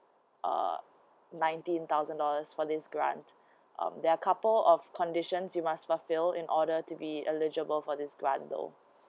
uh nineteen thousand dollars for this grant um there are couple of conditions you must fulfill in order to be eligible for this grant though